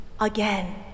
again